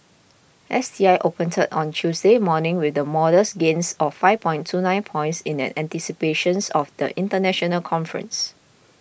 S T I opened on Tuesday morning with the modest gains of five points two nine points in anticipations of the international conference